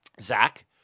Zach